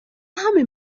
همین